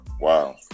Wow